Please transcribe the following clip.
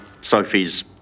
Sophie's